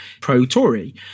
pro-Tory